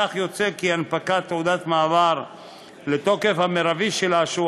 מכך יוצא כי הנפקת תעודת מעבר לתוקף המרבי שלה,